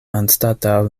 anstataŭ